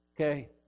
Okay